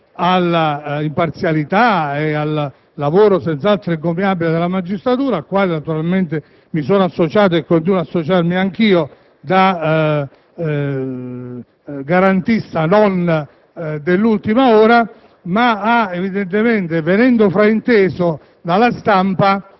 sull'imparzialità e sul lavoro senz'altro encomiabile della magistratura, al quale naturalmente mi sono associato e continuo ad associarmi anch'io da garantista non dell'ultima ora, ma, venendo evidentemente frainteso dalla stampa,